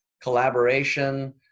collaboration